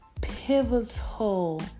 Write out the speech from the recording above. pivotal